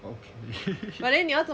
okay